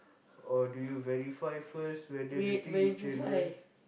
or do you verify first whether the thing is general